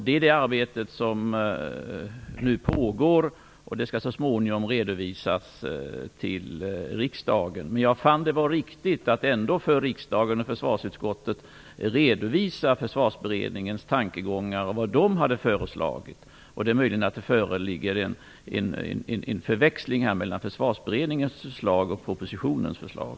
Det är det arbete som nu pågår. Det skall så småningom redovisas till riksdagen. Jag fann det vara riktigt att ändå för riksdagen och försvarsutskottet redovisa Försvarsberedningens tankegångar och vad man har föreslagit. Det föreligger möjligen en förväxling mellan Försvarsberedningens förslag och propositionens förslag.